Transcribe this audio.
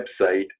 website